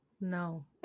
No